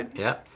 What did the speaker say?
yeah.